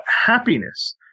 happiness